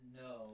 no